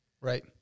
Right